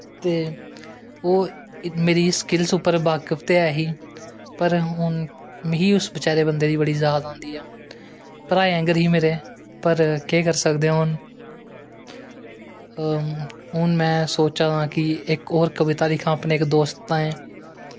ते ओह् मेरी स्किलस उप्पर बाक्फ ते ऐ ही पर मिगी उस बचैरे बंदे दी बड़ी याद आंदी भ्राएं आंह्गर ही मेरे पर केह् करी सकदे आं हून हून में सोचा दा कि में इक होर कविता लिखां अपने इक दोस्त ताहीं